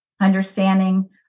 understanding